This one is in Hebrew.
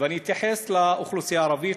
אני אתייחס לאוכלוסייה הערבית,